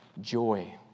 Joy